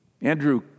Andrew